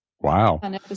Wow